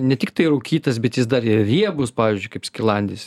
ne tiktai rūkytas bet jis dar ir riebus pavyzdžiui kaip skilandis